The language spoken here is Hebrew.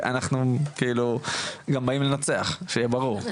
אנחנו כאילו גם באים לנצח שיהיה ברור,